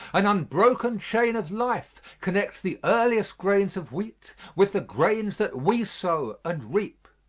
an unbroken chain of life connects the earliest grains of wheat with the grains that we sow and reap.